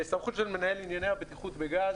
סמכות של מנהל לענייני הבטיחות בגז